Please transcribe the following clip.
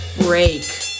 break